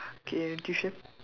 okay tuition